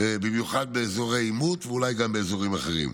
אולי באזורי עימות ואולי גם באזורים אחרים.